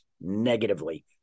negatively